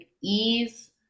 ease